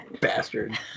bastard